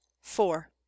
four